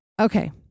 Okay